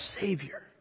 Savior